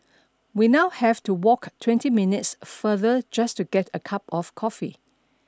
we now have to walk twenty minutes farther just to get a cup of coffee